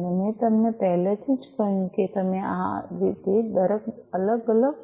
અને મેં તમને પહેલેથી જ કહ્યું છે કે તમે આ દરેક અલગ અલગ